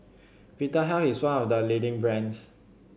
Vitahealth is one of the leading brands